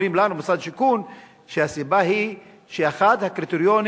אומרים לנו במשרד השיכון שהסיבה היא שאחד הקריטריונים